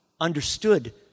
understood